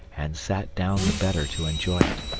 and sat down the better to enjoy it.